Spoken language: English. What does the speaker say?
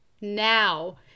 Now